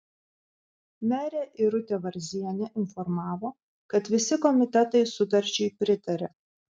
merė irutė varzienė informavo kad visi komitetai sutarčiai pritarė